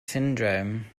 syndrome